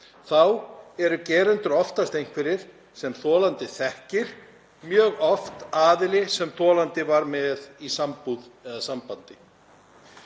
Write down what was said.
Þá eru gerendur oftast einhverjir sem þolandi þekkir, mjög oft aðili sem þolandi var með í sambúð